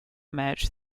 match